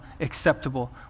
acceptable